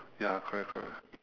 ya correct correct